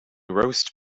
roast